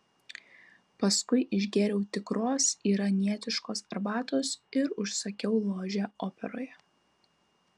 paskui išgėriau tikros iranietiškos arbatos ir užsakiau ložę operoje